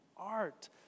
art